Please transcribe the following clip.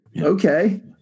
Okay